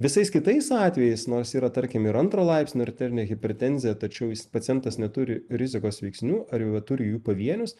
visais kitais atvejais nors yra tarkim ir antro laipsnio arterinė hipertenzija tačiau jis pacientas neturi rizikos veiksnių arba turi jų pavienius